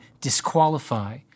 disqualify